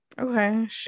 Okay